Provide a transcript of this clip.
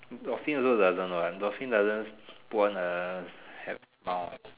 dolphins also doesn't know what dolphins doesn't put on a smile